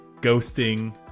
ghosting